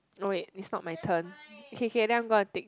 oh wait it's not my turn okay kay then I'm gonna take